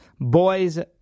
Boys